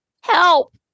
help